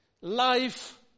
life